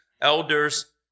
elders